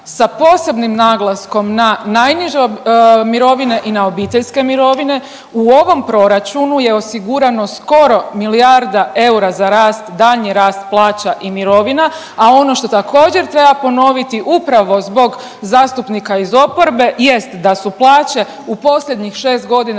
sa posebnim naglaskom na najniže mirovine i na obiteljske mirovine. U ovom Proračunu je osigurano skoro milijarda eura za rast, daljnji rast plaća i mirovina, a ono što također, treba ponoviti upravo zbog zastupnika iz oporbe jest da su plaće u posljednjih 6 godina